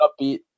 upbeat